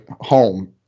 home